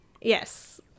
Yes